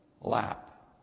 lap